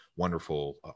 wonderful